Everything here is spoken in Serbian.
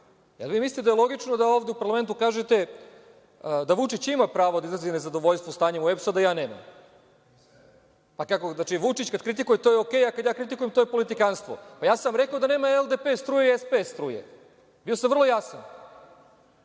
Jel vi mislite da je logično da ovde u parlamentu kažete da Vučić ima pravo da izrazi nezadovoljstvo stanjem u EPS-u a da ja nemam? Znači, kad Vučić kritikuje - to je ok, a kad ja kritikujem – to je politikanstvo. Ja sam vam rekao da nema LDP struje i SPS struje. Bio sam vrlo jasan.